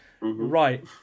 Right